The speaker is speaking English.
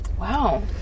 Wow